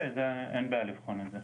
כן, אין בעיה לבחון את זה.